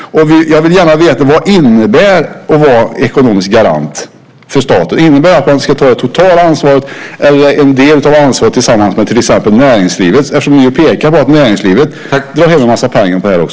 Jag vill gärna veta vad det innebär att vara ekonomisk garant för staten. Innebär det att ta det totala ansvaret eller en del av ansvaret tillsammans med till exempel näringslivet? Ni pekar på att näringslivet drar in en massa pengar på detta.